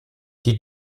die